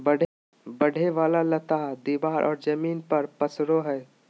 बढ़े वाला लता दीवार और जमीन पर पसरो हइ